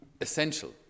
essential